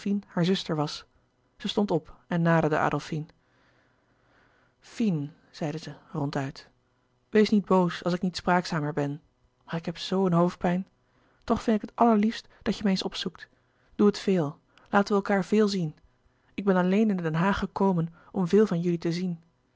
hare zuster was zij stond op en naderde adolfine fine zeide zij ronduit wees niet boos als ik niet spraakzamer ben maar ik heb zo een hoofdpijn toch vind ik het allerliefst dat je me eens opzoekt doe het veel laten we elkaâr veel zien ik ben alleen in den haag gekomen om veel van jullie te zien